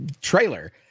trailer